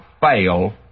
fail